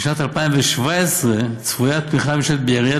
בשנת 2017 צפויה התמיכה הממשלתית בעיריית